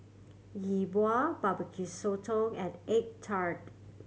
Yi Bua Barbecue Sotong and egg tart